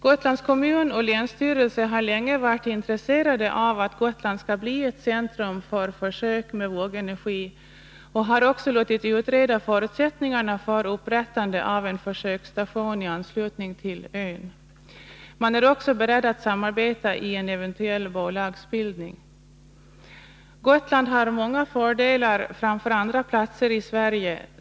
Gotlands kommun och länsstyrelse har länge varit intresserade av att Gotland skall bli ett centrum för försök med vågenergi och har också låtit utreda förutsättningarna för upprättande av en försöksstation i anslutning till ön. Man är också beredd att samarbeta i en eventuell bolagsbildning. Gotland har många fördelar framför andra platser i Sverige.